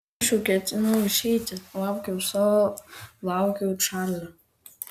aš jau ketinau išeiti laukiau savo laukiau čarlio